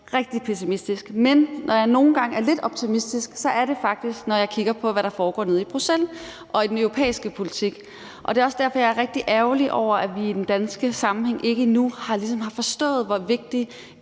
rigtig pessimistisk, men når jeg nogle gange er lidt optimistisk, så er det faktisk, når jeg kigger på, hvad der foregår nede i Bruxelles og i den europæiske politik. Det er også derfor, jeg er rigtig ærgerlig over, at vi i den danske sammenhæng ligesom endnu ikke har forstået, hvor vigtigt